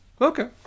Okay